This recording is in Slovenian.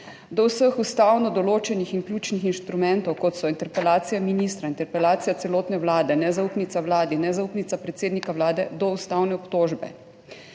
Do vseh ustavno določenih in ključnih inštrumentov, kot so interpelacija ministra, interpelacija celotne vlade, nezaupnica vladi, nezaupnica predsednika vlade, do ustavne obtožbe.